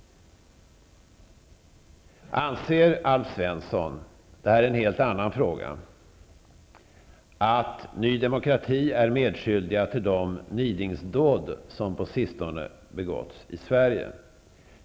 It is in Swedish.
Anser Alf Svensson att Ny Demokrati är medskyldigt till de nidingsdåd som på sistone begåtts i Sverige?